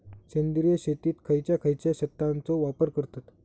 सेंद्रिय शेतात खयच्या खयच्या खतांचो वापर करतत?